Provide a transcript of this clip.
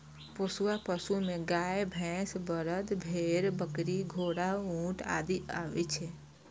पोसुआ पशु मे गाय, भैंस, बरद, भेड़, बकरी, घोड़ा, ऊंट आदि आबै छै